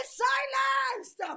silenced